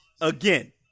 Again